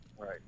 Right